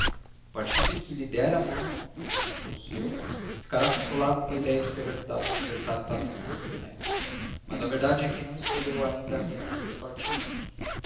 partido que lhe der a mão se não for o seu ficará consolado com a idéia de ter ajudado um adversário talentoso e honesto mas a verdade é que não escolheu ainda entre os dois partidos